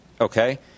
Okay